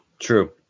True